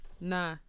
Nah